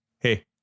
hey